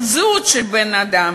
בן-אדם.